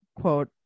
quote